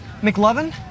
McLovin